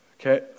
Okay